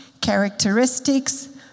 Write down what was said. characteristics